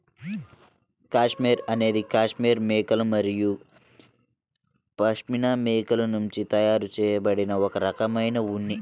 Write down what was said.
cashmere అనేది cashmere మేకలు మరియు పష్మినా మేకల నుండి తయారు చేయబడిన ఒక రకమైన ఉన్ని